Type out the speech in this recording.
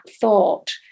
thought